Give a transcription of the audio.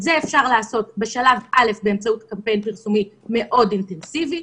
את זה אפשר לעשות בשלב א' באמצעות קמפיין פרסומי מאוד אינטנסיבי,